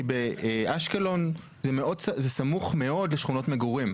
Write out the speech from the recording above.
כי באשקלון זה סמוך מאוד לשכונות מגורים.